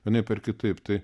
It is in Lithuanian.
vienaip ar kitaip tai